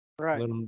right